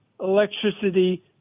electricity